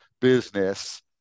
business